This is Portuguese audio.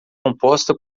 composta